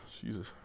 jesus